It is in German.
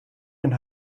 ein